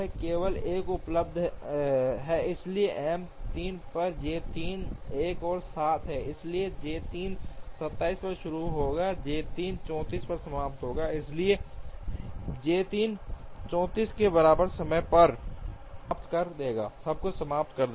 केवल एक उपलब्ध है इसलिए M 3 पर J 3 एक और 7 है इसलिए J 3 27 पर शुरू होगा और J 3 34 पर समाप्त होगा इसलिए J 3 34 के बराबर समय पर सब कुछ समाप्त कर देगा